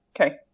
Okay